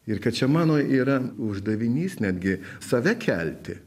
ir kad čia mano yra uždavinys netgi save kelti